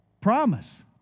promise